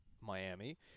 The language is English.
Miami